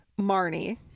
Marnie